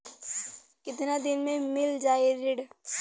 कितना दिन में मील जाई ऋण?